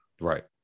Right